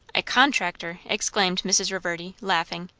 a contractor! exclaimed mrs. reverdy, laughing,